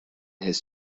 his